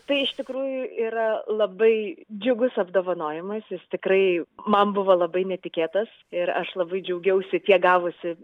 tai iš tikrųjų yra labai džiugus apdovanojimas jis tikrai man buvo labai netikėtas ir aš labai džiaugiausi tiek gavusi